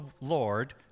Lord